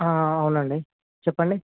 అవును అండి చెప్పండి